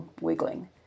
wiggling